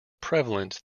prevalent